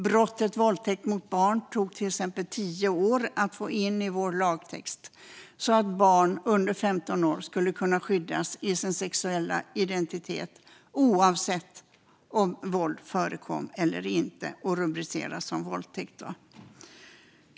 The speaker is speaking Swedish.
Brottet våldtäkt mot barn tog till exempel tio år att få in i vår lagtext, så att barn under 15 år kunde skyddas i sin sexuella identitet. Oavsett om våld förekom eller inte skulle det rubriceras som våldtäkt.